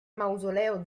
mausoleo